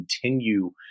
continue